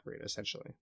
essentially